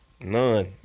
None